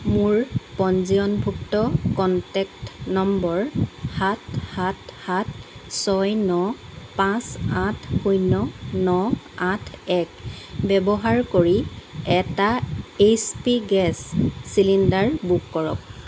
মোৰ পঞ্জীয়নভুক্ত contact number সাত সাত সাত ছয় ন পাঁচ আঠ শূন্য ন আঠ এক ব্যৱহাৰ কৰি এটা H P gas cylinder book কৰক